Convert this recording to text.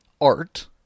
art